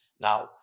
Now